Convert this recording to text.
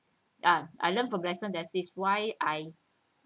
uh I learnt from lesson that is why I